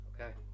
Okay